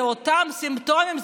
אלה אותם סימפטומים,